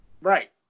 Right